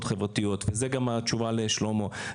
החברתיות וזאת גם התשובה שלי לשלמה קרעי,